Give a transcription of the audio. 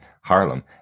harlem